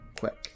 quick